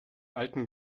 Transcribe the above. alten